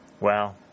Well